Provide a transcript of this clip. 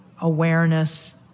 awareness